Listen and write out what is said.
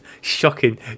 Shocking